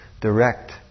direct